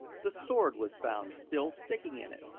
the sword was found still sticking in it!